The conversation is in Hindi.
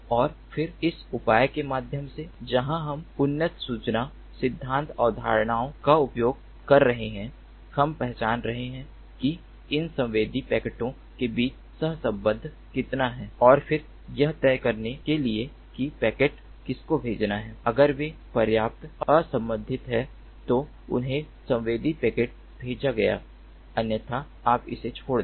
और फिर इस उपाय के माध्यम से जहां हम उन्नत सूचना सिद्धांत अवधारणाओं का उपयोग कर रहे हैं हम पहचान रहे हैं कि इन संवेदी पैकेटों के बीच सहसंबंध कितना है और फिर यह तय करने के लिए कि पैकेट किसको भेजना है अगर वे पर्याप्त असंबंधित हैं तो उन्हें संवेदी पैकेट भेजा गया अन्यथा आप इसे छोड़ दें